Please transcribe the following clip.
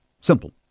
Simple